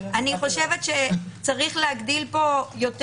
אני חושבת שצריך להגדיל פה את